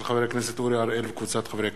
של חבר הכנסת אורי אריאל וקבוצת חברי הכנסת.